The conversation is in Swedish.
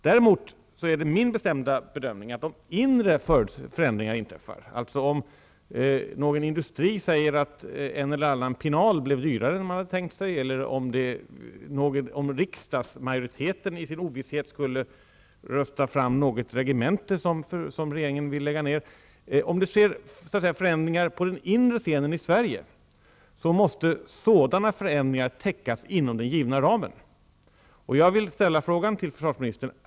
Det är däremot min bestämda bedömning att om förändringar inträffar på den inre scenen i Sverige, t.ex. om företrädare för en industri säger att en eller annan pinal blir dyrare än tänkt, eller om riksdagsmajoriteten i sin ovisshet röstar för ett regemente som regeringen vill lägga ned, måste sådana förändringar täckas inom den givna ramen.